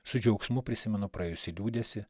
su džiaugsmu prisimenu praėjusį liūdesį